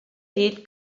dit